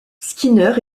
skinner